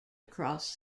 across